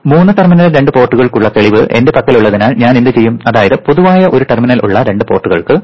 മൂന്ന് ടെർമിനൽ രണ്ട് പോർട്ടുകൾക്കുള്ള തെളിവ് എന്റെ പക്കലുള്ളതിനാൽ ഞാൻ എന്തുചെയ്യും അതായത് പൊതുവായ ഒരു ടെർമിനൽ ഉള്ള രണ്ട് പോർട്ടുകൾക്കു